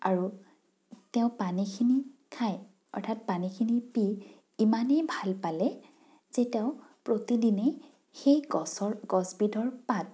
আৰু তেওঁ পানীখিনি খাই অৰ্থাৎ পানীখিনি পি ইমানেই ভাল পালে যে তেওঁ প্ৰতিদিনে সেই গছৰ গছবিধৰ পাত